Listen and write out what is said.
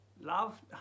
Love